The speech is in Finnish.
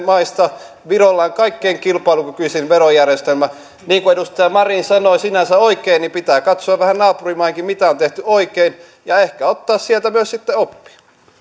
maista virolla on kaikkein kilpailukykyisin verojärjestelmä niin kuin edustaja marin sanoi sinänsä oikein niin pitää katsoa vähän naapurimaihinkin mitä on tehty oikein ja ehkä ottaa sieltä myös sitten oppia